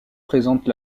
présentent